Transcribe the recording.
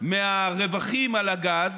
מהרווחים על הגז,